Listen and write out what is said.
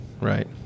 right